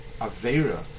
avera